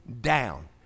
down